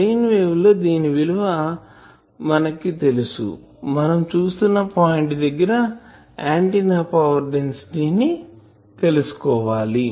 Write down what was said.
plain wave లో దీని విలువ మనకు తెలుసు మనం చూస్తున్న పాయింట్ దగ్గర ఆంటిన్నా పవర్ డెన్సిటీ ని తెలుసుకోవాలి